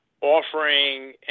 offering